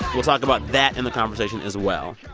we'll talk about that in the conversation as well.